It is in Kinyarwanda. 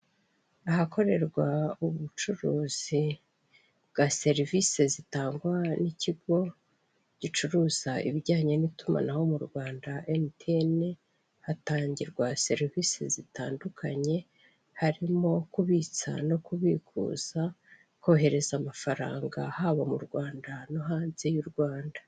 Ahakorerwa ubucuruzi bwa serivise zitangwa n'ikigo gicuruza ibijyanye n'itumanaho mu Rwanda Emutiyene, hatangirwa serivisi zitandukanye harimo kubitsa no kubikuza, kohereza amafaranga haba mu Rwanda no hanze y'Urwanda.